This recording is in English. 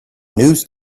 news